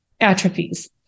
atrophies